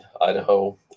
Idaho